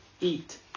eat